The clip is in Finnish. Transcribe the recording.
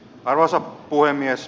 arvoisa puhemies